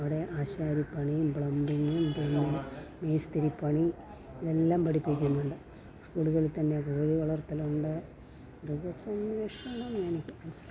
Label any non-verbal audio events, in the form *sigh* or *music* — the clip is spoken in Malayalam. അവിടെ ആശാരി പണിയും പ്ലംബിങ്ങും പെയിൻ്റിങ്ങും മേസ്തിരി പണി ഇതെല്ലാം പഠിപ്പിക്കുന്നുണ്ട് സ്കൂളുകളിൽ തന്നെ കോഴി വളർത്തലുണ്ട് മൃഗസംരക്ഷണം *unintelligible*